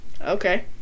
Okay